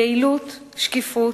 יעילות, שקיפות,